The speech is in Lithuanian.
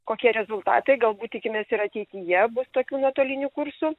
kokie rezultatai galbūt tikimės ir ateityje bus tokių nuotolinių kursų